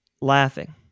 Laughing